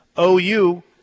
OU